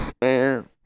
Man